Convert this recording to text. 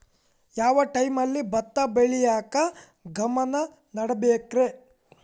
ಯಾವ್ ಟೈಮಲ್ಲಿ ಭತ್ತ ಬೆಳಿಯಾಕ ಗಮನ ನೇಡಬೇಕ್ರೇ?